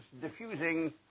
diffusing